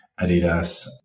Adidas